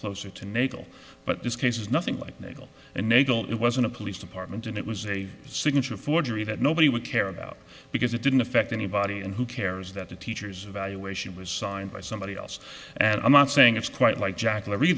closer to natal but this case is nothing like naval and naval it wasn't a police department and it was a signature forgery that nobody would care about because it didn't affect anybody and who cares that a teacher's evaluation was signed by somebody else and i'm not saying it's quite like jack